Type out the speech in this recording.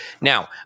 now